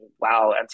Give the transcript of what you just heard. wow